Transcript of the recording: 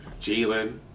Jalen